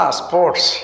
sports